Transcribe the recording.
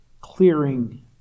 clearing